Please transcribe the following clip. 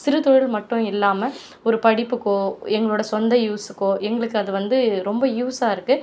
சிறுதொழில் மட்டும் இல்லாமல் ஒரு படிப்புக்கோ எங்களோடய சொந்த யூஸ் கோ எங்களுக்கு அது வந்து ரொம்ப யூஸ் ஆ இருக்குது